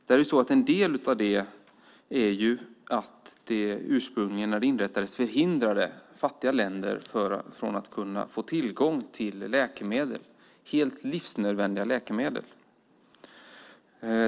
En del av det är ju att det ursprungligen när det inrättades förhindrade fattiga länder att få tillgång till läkemedel - helt livsnödvändiga läkemedel.